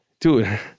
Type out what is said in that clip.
dude